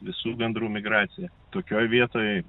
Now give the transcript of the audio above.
visų gandrų migracija tokioj vietoj